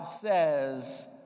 says